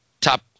top